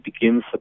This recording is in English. begins